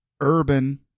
urban